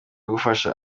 gufasha